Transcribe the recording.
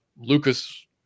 Lucas